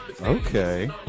okay